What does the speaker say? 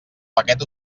paquet